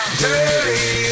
dirty